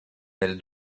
elle